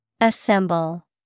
Assemble